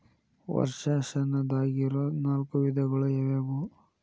ವರ್ಷಾಶನದಾಗಿರೊ ನಾಲ್ಕು ವಿಧಗಳು ಯಾವ್ಯಾವು?